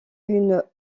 une